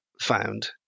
found